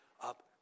up